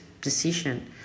decision